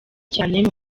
cyane